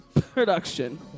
production